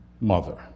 mother